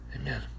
Amen